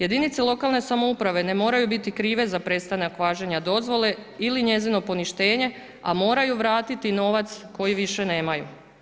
Jedinice lokalne samouprave ne moraju biti krive za prestanak važenja dozvole ili njezino poništenje, a moraju vratiti novac koji više nemaju.